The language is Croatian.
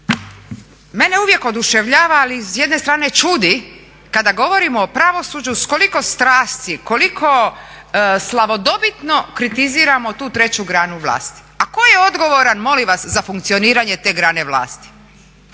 Mene uvijek oduševljava ali i s jedne strane čudi kada govorimo o pravosuđu s koliko strasti, koliko slavodobitno kritiziramo tu treću granu vlasti. A tko je odgovoran molim vas za funkcioniranje te grane vlasti?